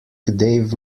dave